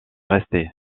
resté